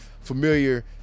Familiar